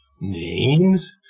Names